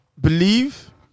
believe